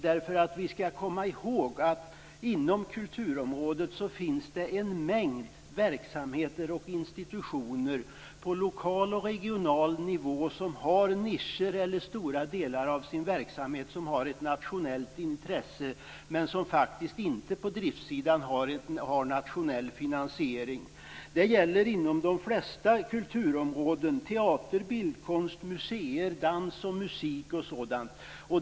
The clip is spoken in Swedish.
Man skall nämligen komma ihåg att det inom kulturområdet finns en mängd verksamheter och institutioner på lokal och regional nivå som har nischer eller stora delar av verksamheten som är av nationellt intresse. Men de har inte alltid nationell finansiering på driftssidan. Detta gäller inom de flesta kulturområden; teater, bildkonst, museer, dans, musik osv.